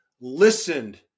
listened